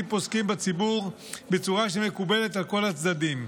פוסקים בציבור בצורה שמקובלת על כל הצדדים.